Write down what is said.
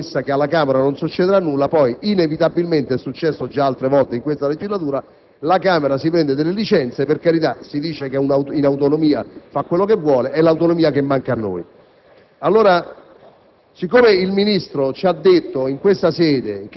dover approvare a scatola chiusa dei provvedimenti con la promessa che alla Camera non succederà nulla, e poi, inevitabilmente (è successo già altre volte in questa legislatura), la Camera si prende dalle licenze; per carità, si dice che nella sua autonomia fa quello che vuole, è l'autonomia che manca a noi.